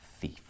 thief